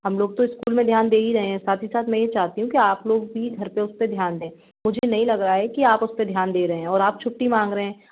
हम लोग तो इस्कूल में ध्यान दे ही रे हैं साथ साथ मैं ये चाहती हूँ की आप लोग भी घर पे उसपे ध्यान दें मुझे नही लग रहा है की आप उस पर ध्यान दें रहें हैं और आप छुट्टी मांग रहें हैं